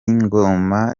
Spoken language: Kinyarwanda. ngoma